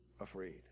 afraid